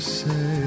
say